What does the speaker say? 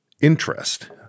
interest